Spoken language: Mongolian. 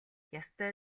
ёстой